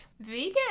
Vegan